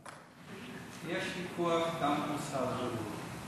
יש ויכוח גם במשרד הבריאות.